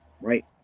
right